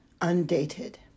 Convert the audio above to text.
undated